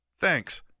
Thanks